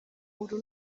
uru